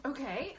Okay